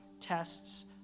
tests